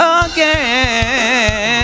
again